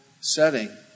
setting